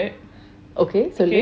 okay சொல்லு:chollu